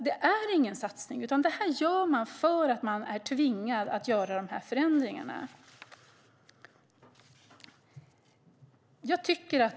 Det är ingen satsning, utan det här gör man för att man är tvingad att göra de här förändringarna.